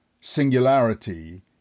singularity